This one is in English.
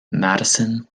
madison